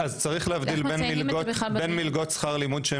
צריך להבדיל בין מלגות שכר לימוד שהן